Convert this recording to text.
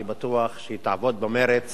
אני בטוח שהיא תעבוד במרץ